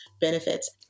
benefits